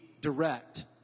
direct